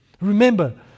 Remember